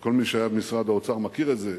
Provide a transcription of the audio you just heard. וכל מי שהיה במשרד האוצר מכיר את זה: